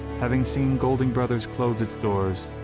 having seen golding bros. close its doors,